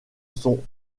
son